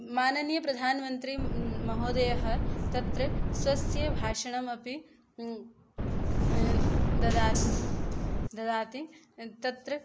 माननीयः प्रधानमन्त्री महोदयः तत्र स्वस्य भाषणम् अपि ददाति तत्र